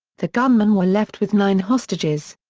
the gunmen were left with nine hostages.